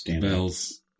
Bells